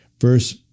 Verse